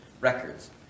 records